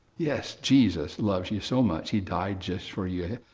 yes, jesus, loves you so much. he died just for you.